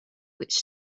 which